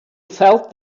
felt